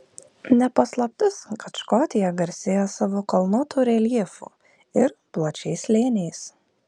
ne paslaptis kad škotija garsėja savo kalnuotu reljefu ir plačiais slėniais